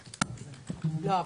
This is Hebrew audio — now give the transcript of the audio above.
לא,